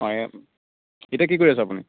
অঁ এতিয়া কি কৰি আছে আপুনি